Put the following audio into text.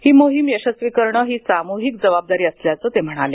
ही मोहीम यशस्वी करणं ही सामूहिक जबाबदारी असल्याच ते म्हणाले